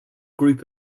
group